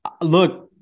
look